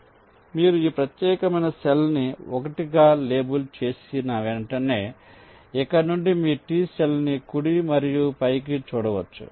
కాబట్టి మీరు ఈ ప్రత్యేకమైన సెల్ ని 1 గా లేబుల్ చేసిన వెంటనే ఇక్కడ నుండి మీ T సెల్ ని కుడి మరియు పైకి చూడవచ్చు